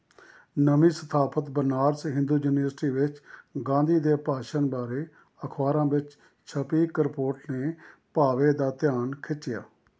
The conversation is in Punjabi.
ਨਵੀਂ ਸਥਾਪਤ ਬਨਾਰਸ ਹਿੰਦੂ ਯੂਨੀਵਰਸਿਟੀ ਵਿੱਚ ਗਾਂਧੀ ਦੇ ਭਾਸ਼ਣ ਬਾਰੇ ਅਖ਼ਬਾਰਾਂ ਵਿੱਚ ਛਪੀ ਇੱਕ ਰਿਪੋਰਟ ਨੇ ਭਾਵੇ ਦਾ ਧਿਆਨ ਖਿੱਚਿਆ